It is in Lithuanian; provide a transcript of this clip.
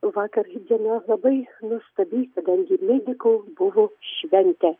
vakar gi diena labai nuostabiai kadangi medikoj buvau šventė